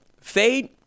fade